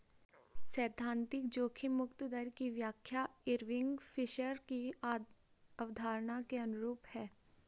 सैद्धांतिक जोखिम मुक्त दर की व्याख्या इरविंग फिशर की अवधारणा के अनुरूप है